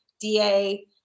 DA